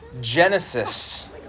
Genesis